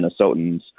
Minnesotans